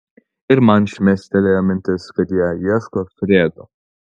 ir man šmėstelėjo mintis kad jie ieško fredo